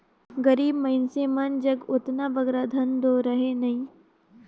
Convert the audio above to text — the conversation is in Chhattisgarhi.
गरीब मइनसे मन जग ओतना बगरा धन दो रहें नई